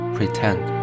Pretend